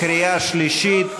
לקריאה שלישית.